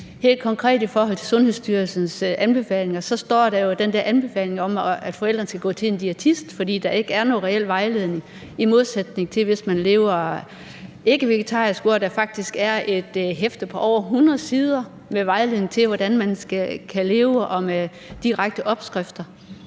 Helt konkret i forhold til Sundhedsstyrelsens anbefalinger er der jo den der anbefaling om, at forældrene skal gå til en diætist, fordi der ikke er nogen reel vejledning, i modsætning til hvis man lever ikkevegetarisk, hvor der faktisk er et hæfte på over 100 sider med vejledning til, hvordan man kan leve, og der er direkte opskrifter.